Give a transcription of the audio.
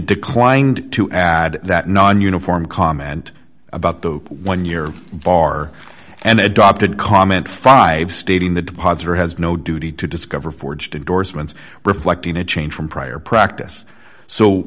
declined to add that non uniform comment about the one year bar and adopted comment five stating the depositor has no duty to discover forged indorsements reflecting a change from prior practice so